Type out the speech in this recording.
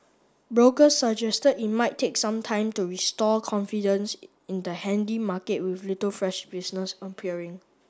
brokers suggested it might take some time to restore confidence in the handy market with little fresh business appearing